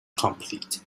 complete